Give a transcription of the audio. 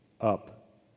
up